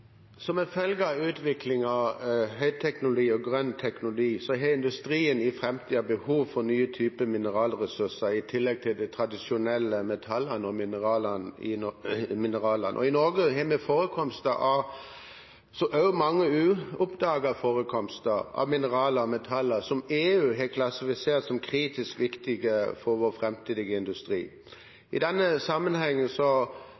Som en følge av utviklingen av høyteknologi og grønn teknologi har industrien i framtiden behov for nye typer mineralressurser i tillegg til de tradisjonelle metallene og mineralene. I Norge har vi forekomster – også mange uoppdagede forekomster – av mineraler og metaller som EU har klassifisert som kritisk viktige for vår